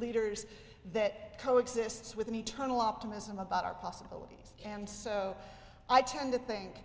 leaders that coexists with an eternal optimism about our possibilities and so i tend to think